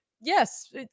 yes